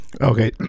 Okay